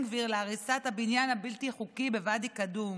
גביר להריסת הבניין הבלתי-חוקי בוואדי קדום?